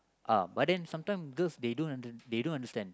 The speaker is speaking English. uh but then sometimes girls they don't under~ they don't understand